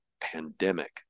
pandemic